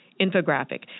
infographic